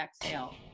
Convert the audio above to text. exhale